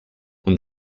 und